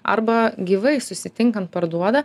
arba gyvai susitinkant parduoda